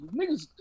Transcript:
niggas